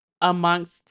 amongst